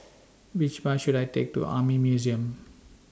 Which Bus should I Take to Army Museum